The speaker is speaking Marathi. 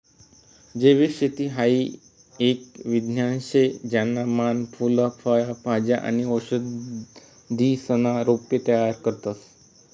जैविक शेती हाई एक विज्ञान शे ज्याना मान फूल फय भाज्या आणि औषधीसना रोपे तयार करतस